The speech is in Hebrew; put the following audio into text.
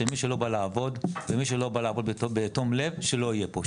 שמי שלא בא לעבוד ומי שלא בא לעבוד בתום לב שלא יהיה פה,